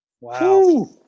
Wow